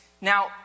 Now